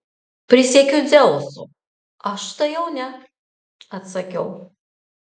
prisiekiu dzeusu aš tai jau ne atsakiau